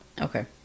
Okay